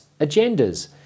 agendas